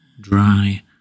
Dry